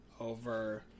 over